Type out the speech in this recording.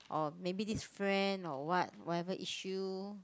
or maybe this friend or what whatever issue